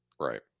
Right